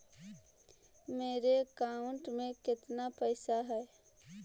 मेरे अकाउंट में केतना पैसा है?